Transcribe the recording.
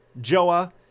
Joah